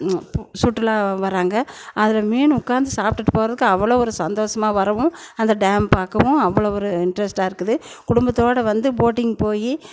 சுற்றுலா வராங்க அதில் மீன் உட்காந்து சாப்பிட்டுட்டு போவதுக்கு அவ்வளோ ஒரு சந்தோஷமாக வரவும் அந்த டேம் பார்க்கவும் அவ்வளோ ஒரு இன்ட்ரெஸ்ட்டாக இருக்குது குடும்பத்தோட வந்து போட்டிங் போய்